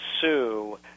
sue –